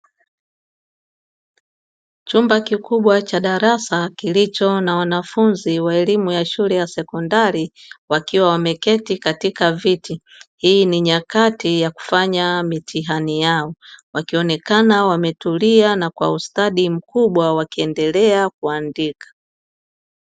Chumba kikubwa cha darasa kilicho na wanafunzi wa elimu ya shule ya sekondari wakiwa wameketi katika viti, hii ni nyakati ya kufanya mitihani yao, wakionekana wametulia na kwa usatadi mkubwa wakiendelea kuandika.